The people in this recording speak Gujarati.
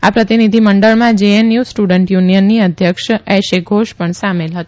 આ પ્રતિનિધિ મંડળમાં જેએનયુ સ્ટુડન્ટસ યુનિયનની અધ્યક્ષ એશે ઘોષ પણ સામેલ હતી